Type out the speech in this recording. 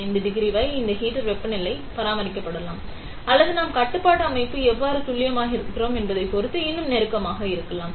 5 degree வரை இந்த heater வெப்பநிலை பராமரிக்கப்படலாம் அல்லது நாம் கட்டுப்பாட்டு அமைப்பு எவ்வளவு துல்லியமாக இருக்கிறோம் என்பதைப் பொறுத்து இன்னும் நெருக்கமாக இருக்கலாம்